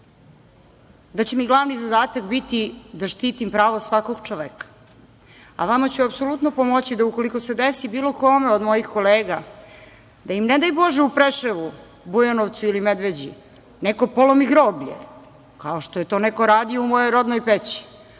da će mi glavni zadatak biti da štitim pravo svakog čoveka, a vama ću apsolutno pomoći da ukoliko se desi bilo kome od mojih kolega da im, ne daj Bože, u Preševu, Bujanovcu ili Medveđi neko polomi groblje kao što je to neko radio u mojoj rodnoj Peći,